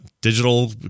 digital